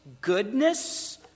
goodness